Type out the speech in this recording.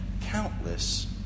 countless